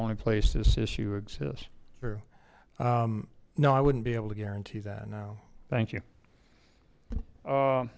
only place this issue exists true no i wouldn't be able to guarantee that now thank you